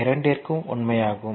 இரண்டிற்கும் உண்மை ஆகும்